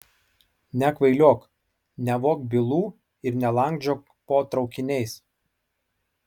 nekvailiok nevok bylų ir nelandžiok po traukiniais